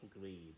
greed